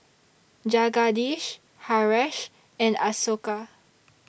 Jagadish Haresh and Ashoka